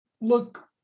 look